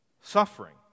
suffering